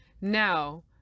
now